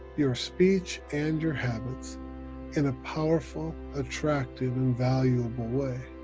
your speech and your habits in a powerful, attractive, and valuable way.